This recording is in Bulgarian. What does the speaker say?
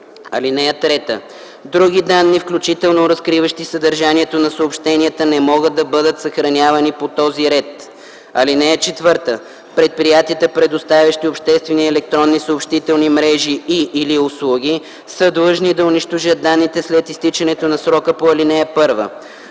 лица. (3) Други данни, включително разкриващи съдържанието на съобщенията, не могат да бъдат съхранявани по този ред. (4) Предприятията, предоставящи обществени електронни съобщителни мрежи и/или услуги, са длъжни да унищожат данните след изтичането на срока по ал. 1.